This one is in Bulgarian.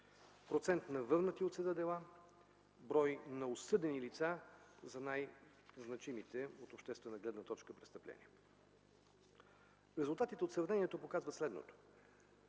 процент на върнати от съда дела, брой на осъдени лица за най-значимите от обществена гледна точка престъпления. Резултатите от сравнението показват средното.